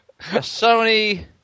Sony